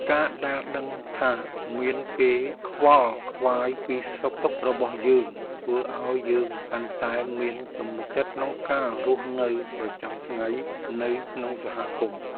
ការដែលដឹងថាមានគេខ្វល់ខ្វាយពីសុខទុក្ខរបស់យើង ធ្វើឱ្យយើងកាន់តែមានទំនុកចិត្តក្នុងការរស់នៅប្រចាំថ្ងៃនៅក្នុងសហគមន៍។